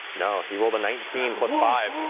no, he rolled a nineteen plus five.